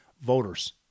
Voters